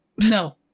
No